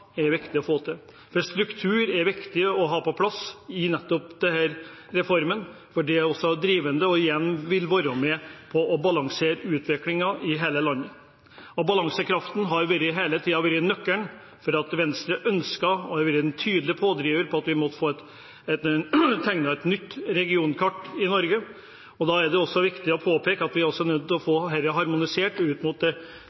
er viktig å få til om lag ti regioner. Struktur er viktig å ha på plass i nettopp denne reformen, for det er drivende og vil være med på å balansere utviklingen i hele landet. Balansekraften har hele tiden vært nøkkelen til at Venstre har ønsket og vært en tydelig pådriver for å få tegnet et nytt regionkart i Norge. Da er det viktig å påpeke at vi er nødt til å